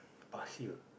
past year